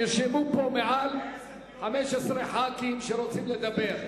נרשמו פה מעל 15 חברי כנסת שרוצים לדבר.